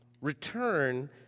Return